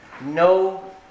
No